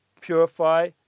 purify